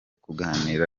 kuganira